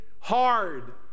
Hard